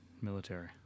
military